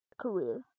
career